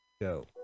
go